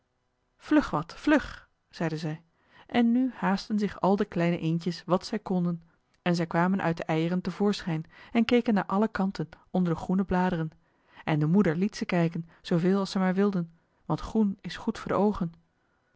vlug wat vlug zeide zij en nu haastten zich al de kleine eendjes wat zij konden en zij kwamen uit de eieren te voorschijn en keken naar alle kanten onder de groene bladeren en de moeder liet ze kijken zooveel als zij maar wilden want groen is goed voor de oogen